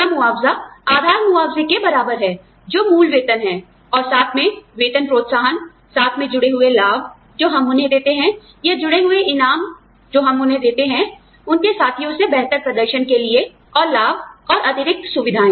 पूरा मुआवजा आधार मुआवजे के बराबर है जो मूल वेतन है और साथ में वेतन प्रोत्साहन साथ में जुड़े हुए लाभजो हम उन्हें देते हैं या जुड़े हुए इनाम जो हम उन्हें देते हैं उनके साथियों से बेहतर प्रदर्शन के लिए और लाभ अतिरिक्त सुविधाएँ